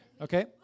Okay